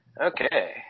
okay